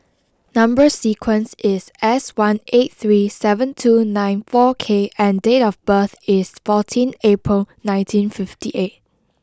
number sequence is S one eight three seven two nine four K and date of birth is fourteen April nineteen fifty eight